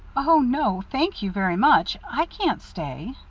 oh, no thank you very much i can't stay.